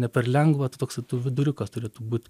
ne per lengva tai toks viduriukas turėtų būt